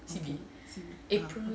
C_B C_B ya